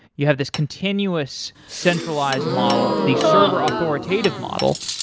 you have this continuous centralized model, the server authoritative model,